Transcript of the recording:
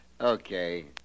Okay